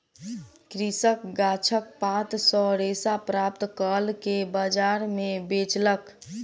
कृषक गाछक पात सॅ रेशा प्राप्त कअ के बजार में बेचलक